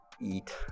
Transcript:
eat